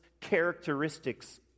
characteristics